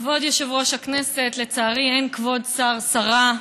כבוד יושב-ראש הכנסת, לצערי אין כבוד השר, השרה.